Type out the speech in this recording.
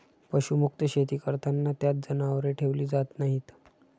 पशुमुक्त शेती करताना त्यात जनावरे ठेवली जात नाहीत